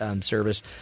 Service